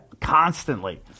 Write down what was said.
constantly